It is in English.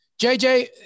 JJ